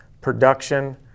production